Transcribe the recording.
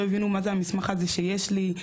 לא הבינו מה זה המסמך הזה שיש לי,